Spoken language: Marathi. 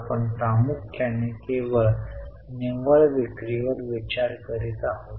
आपण रोख रक्कम देत आहोत